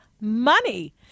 money